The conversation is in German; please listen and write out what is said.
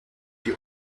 die